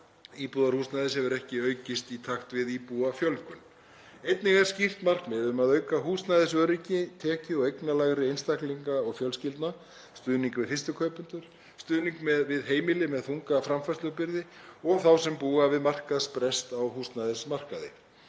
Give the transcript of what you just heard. íbúðarhúsnæðis hefur ekki aukist í takt við íbúafjölgun. Einnig er skýrt markmið um að auka húsnæðisöryggi tekju- og eignaminni einstaklinga og fjölskyldna, stuðning við fyrstu kaupendur, heimili með þunga framfærslubyrði og þá sem búa við markaðsbrest á húsnæðismarkaði.